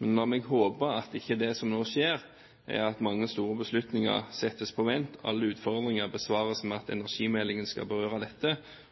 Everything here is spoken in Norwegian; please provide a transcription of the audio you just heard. men la meg håpe at ikke det som nå skjer, er at mange store beslutninger settes på vent. Alle utfordringer besvares med at